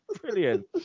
brilliant